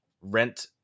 rent-